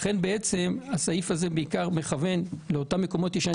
לכן הסעיף הזה בעיקר מכוון לאותם מקומות מסתור